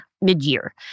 mid-year